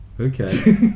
Okay